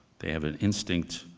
they have an instinct,